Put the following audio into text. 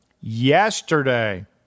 Yesterday